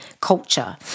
culture